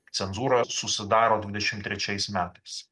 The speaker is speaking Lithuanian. cenzūra susidaro dvidešim trečiais metais